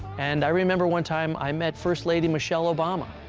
and i remember one time i met first lady michelle obama,